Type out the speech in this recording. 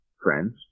friends